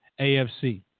AFC